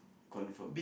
confirm